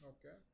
Okay